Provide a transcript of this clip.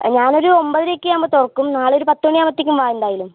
ഞാനൊരു ഒമ്പതരയൊക്കെ ആകുമ്പോൾ തുറക്കും നാളെയൊരു പത്തുമണിയാകുമ്പത്തേക്കും വാ എന്തായാലും